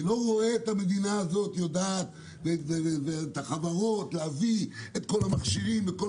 אני לא רואה את החברות במדינה הזאת יודעת להביא את כל המכשירים לכל